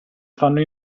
fanno